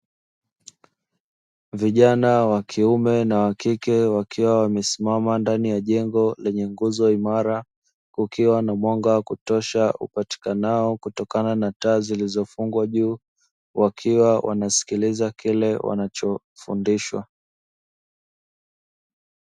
Vijana wakike na wakiume wakiwa wamesimama ndani ya jengo lenye nguzo imara, kukiwa na mwanga wa kutosha upatikanao kutokana na taa zilizofungwa juu, wakiwa wanasikiliza kile wanachofundishwa.